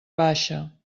baixa